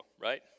right